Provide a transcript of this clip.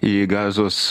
į gazos